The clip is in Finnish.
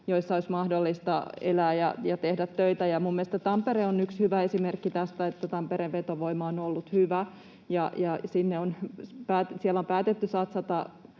joissa olisi mahdollista elää ja tehdä töitä. Minun mielestäni Tampere on yksi hyvä esimerkki tästä: Tampereen vetovoima on ollut hyvä, ja siellä on päätetty satsata